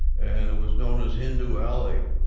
and it was known as hindu alley.